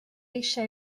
eisiau